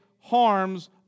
harms